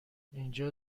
اینجا